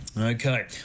Okay